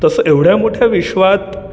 तसं एवढ्या मोठ्या विश्वात